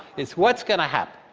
is what's going to happen?